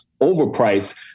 overpriced